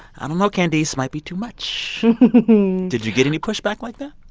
i don't know, candice, might be too much did you get any pushback like that?